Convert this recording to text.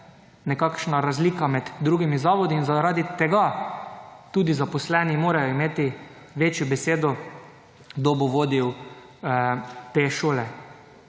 nekakšna razlika med drugimi zavodi in zaradi tega tudi zaposleni morajo imeti večjo besedo kdo bo vodil te šole.